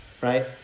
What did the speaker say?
right